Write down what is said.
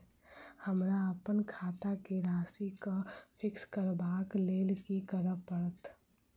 हमरा अप्पन खाता केँ राशि कऽ फिक्स करबाक लेल की करऽ पड़त?